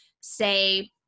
say